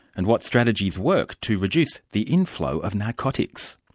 and what strategies work to reduce the inflow of narcotics?